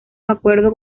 acuerdo